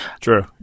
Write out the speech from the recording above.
True